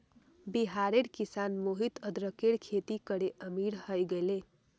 बिहारेर किसान मोहित अदरकेर खेती करे अमीर हय गेले